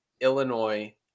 Illinois